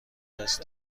دست